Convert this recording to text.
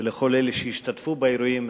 ולכל אלה שהשתתפו באירועים,